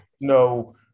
no